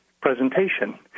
presentation